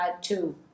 two